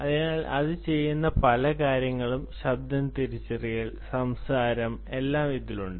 അതിനാൽ അത് ചെയ്യുന്ന പല കാര്യങ്ങളും ശബ്ദ തിരിച്ചറിയൽ സംസാരം എല്ലാം ഇതിലുണ്ട്